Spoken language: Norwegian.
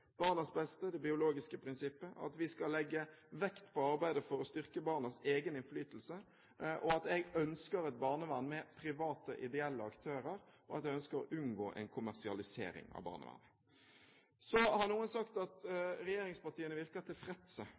barnas beste, det biologiske prinsippet, at vi skal legge vekt på arbeidet for å styrke barnets egen innflytelse, at jeg ønsker et barnevern med private ideelle aktører, og at jeg ønsker å unngå en kommersialisering av barnevernet. Så har noen sagt at regjeringspartiene virker tilfredse.